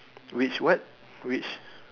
which what which